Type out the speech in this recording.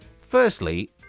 firstly